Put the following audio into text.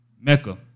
Mecca